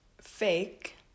fake